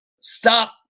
stop